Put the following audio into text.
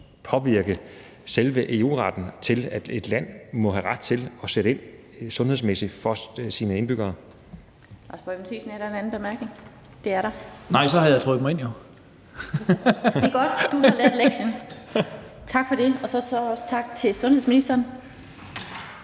påvirke selve EU-retten til, at et land må have ret til at sætte sundhedsmæssigt ind for sine indbyggere.